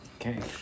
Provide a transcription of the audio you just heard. Okay